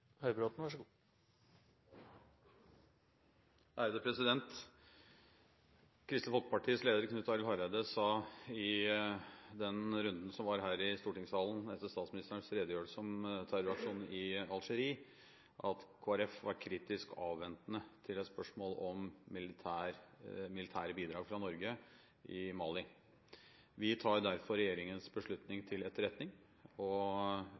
Kristelig Folkepartis leder, Knut Arild Hareide, sa i runden her i stortingssalen etter statsministerens redegjørelse om terroraksjonen i Algerie, at Kristelig Folkeparti var kritisk avventende til et spørsmål om militære bidrag fra Norge i Mali. Vi tar derfor regjeringens beslutning til etterretning, og